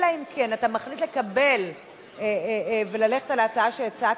אלא אם כן אתה מחליט לקבל וללכת על ההצעה שהצעת,